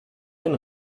den